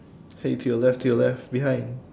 !hey! to your left to your left behind